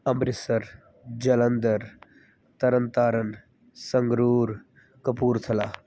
Amritsar Jalandhar Tarn Taran Sangrur Kapurthala